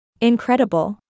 Incredible